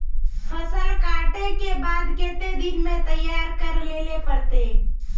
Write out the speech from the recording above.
फसल कांटे के बाद कते दिन में तैयारी कर लेले पड़ते?